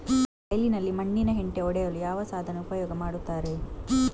ಬೈಲಿನಲ್ಲಿ ಮಣ್ಣಿನ ಹೆಂಟೆ ಒಡೆಯಲು ಯಾವ ಸಾಧನ ಉಪಯೋಗ ಮಾಡುತ್ತಾರೆ?